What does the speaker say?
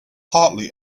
hardly